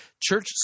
Church